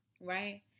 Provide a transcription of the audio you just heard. right